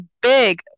big